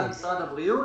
--- משרד הבריאות,